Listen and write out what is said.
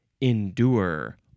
endure